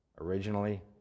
originally